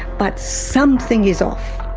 but something is off.